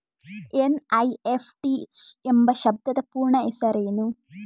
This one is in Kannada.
ಎನ್.ಇ.ಎಫ್.ಟಿ ಎಂಬ ಶಬ್ದದ ಪೂರ್ಣ ಹೆಸರೇನು?